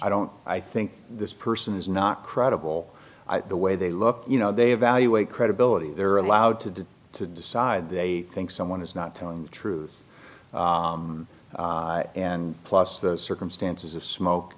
i don't i think this person is not credible the way they look you know they evaluate credibility they're allowed to do to decide they think someone is not telling the truth and plus the circumstances of smoke